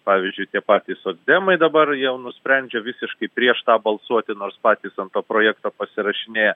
pavyzdžiui tie patys socdemai dabar jau nusprendžia visiškai prieš tą balsuoti nors patys ant to projekto pasirašinėja